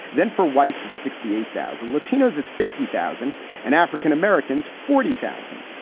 then for whites, it's sixty eight thousand. latinos it's fifty thousand and african-americans forty thousand.